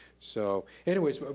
so anyways,